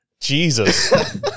Jesus